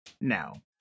now